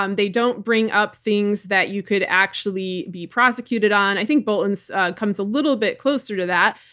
um they don't bring up things that you could actually be prosecuted on. i think bolton's comes a little bit closer to that,